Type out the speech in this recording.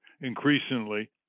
increasingly